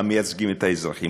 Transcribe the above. המייצגים את האזרחים,